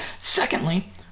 Secondly